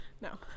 No